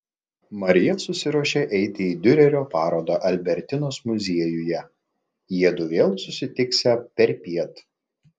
marija susiruošė eiti į diurerio parodą albertinos muziejuje jiedu vėl susitiksią perpiet